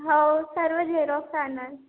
हो सर्व झेरॉक्स आणा